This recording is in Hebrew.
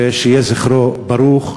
ושיהיה זכרו ברוך,